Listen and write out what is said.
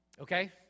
Okay